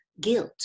guilt